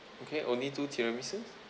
okay only two tiramisus